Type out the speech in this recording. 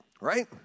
Right